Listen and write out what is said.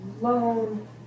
alone